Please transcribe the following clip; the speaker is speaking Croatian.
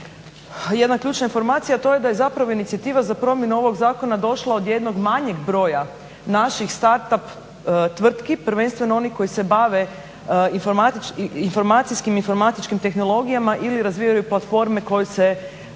jedna ključna informacija, a to je da je zapravo inicijativa za promjenu ovog zakona došla od jednog manjeg broj naših start-up tvrtki, prvenstveno onih koji se bave informacijskim i informatičkim tehnologijama ili razvijaju platforme ili